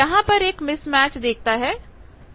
यहां पर यह एक मिसमैच देखता है